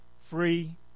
free